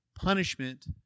punishment